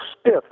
stiff